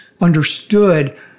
understood